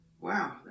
Wow